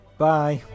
Bye